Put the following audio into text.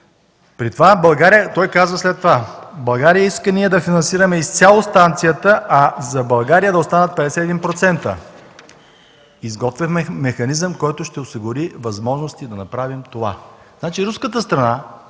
– 100%, 51%, 49%. България иска ние да финансираме изцяло станцията, а за България да останат 51%. Изготвяме механизъм, който ще осигури възможности да направим това.”